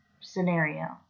scenario